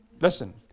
Listen